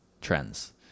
Trends